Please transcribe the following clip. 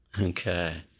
Okay